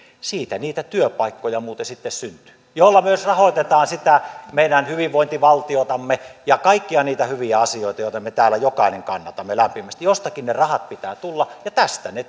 siitä niitä työpaikkoja muuten sitten syntyy joilla myös rahoitetaan sitä meidän hyvinvointivaltiotamme ja kaikkia niitä hyviä asioita joita me täällä jokainen kannatamme lämpimästi jostakin niiden rahojen pitää tulla ja tästä ne